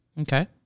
okay